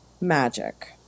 magic